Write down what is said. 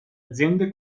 aziende